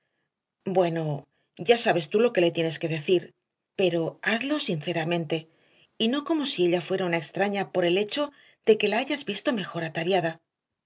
bueno ya sabes tú lo que le tienes que decir pero hazlo sinceramente y no como si ella fuera una extraña por el hecho de que la hayas visto mejor ataviada